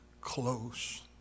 close